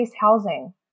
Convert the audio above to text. housing